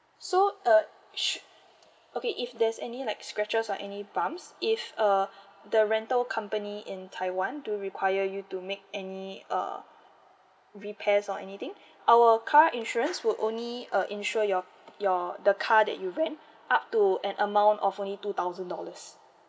so uh should okay if there's any like scratches or any bumps if uh the rental company in taiwan do require you to make any uh repairs or anything our car insurance would only uh insure your your the car that you rent up to an amount of only two thousand dollars